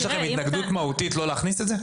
האם יש לכם התנגדות מהותית לא להכניס את זה?